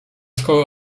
szkoły